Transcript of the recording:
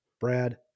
Brad